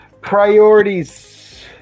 Priorities